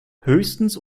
höchstens